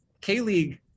K-League